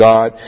God